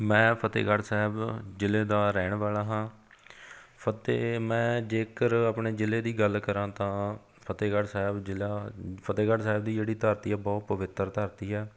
ਮੈਂ ਫਤਿਹਗੜ੍ਹ ਸਾਹਿਬ ਜ਼ਿਲ੍ਹੇ ਦਾ ਰਹਿਣ ਵਾਲਾ ਹਾਂ ਫਤਿਹ ਮੈਂ ਜੇਕਰ ਆਪਣੇ ਜਿਲ੍ਹੇ ਦੀ ਗੱਲ ਕਰਾਂ ਤਾਂ ਫਤਿਹਗੜ੍ਹ ਸਾਹਿਬ ਜ਼ਿਲ੍ਹਾ ਫਤਿਹਗੜ੍ਹ ਸਾਹਿਬ ਦੀ ਜਿਹੜੀ ਧਰਤੀ ਹੈ ਬਹੁਤ ਪਵਿੱਤਰ ਧਰਤੀ ਹੈ